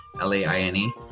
L-A-I-N-E